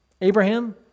Abraham